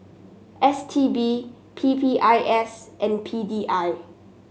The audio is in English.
S T B P P I S and P D I